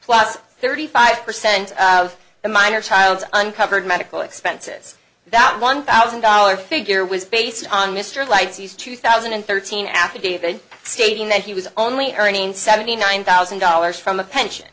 plus thirty five percent of the minor child's uncovered medical expenses that one thousand dollars figure was based on mr lites use two thousand and thirteen affidavit stating that he was only earning seventy nine thousand dollars from a pension